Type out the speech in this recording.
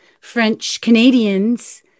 French-Canadians